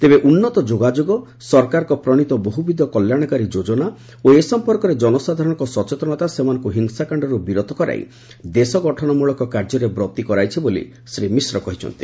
ତେବେ ଉନ୍ନତ ଯୋଗାଯୋଗ ସରକାରଙ୍କ ପ୍ରଶୀତ ବହୁବିଧ କଲ୍ୟାଣକାରୀ ଯୋଜନା ଓ ଏ ସମ୍ମର୍କରେ ଜନସାଧାରଣଙ୍କ ସଚେତନତା ସେମାନଙ୍କୁ ହିଂସାକାଣ୍ଡରୁ ବିରତ କରାଇ ଦେଶ ଗଠନମୂଳକ କାର୍ଯ୍ୟରେ ବ୍ରତୀ କରାଇଛି ବୋଲି ଶ୍ରୀ ମିଶ୍ର କହିଛନ୍ତି